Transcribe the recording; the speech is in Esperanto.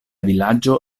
vilaĝo